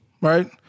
right